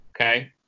Okay